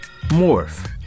Morph